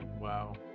Wow